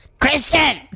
Kristen